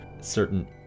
certain